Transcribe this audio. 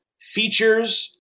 features